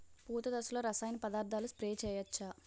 పూత దశలో రసాయన పదార్థాలు స్ప్రే చేయచ్చ?